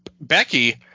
Becky